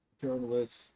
journalists